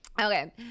Okay